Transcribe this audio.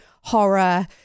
horror